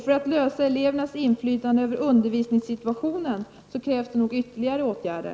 För att stärka elevernas inflytande över undervisningssituationen krävs det nog ytterligare åtgärder.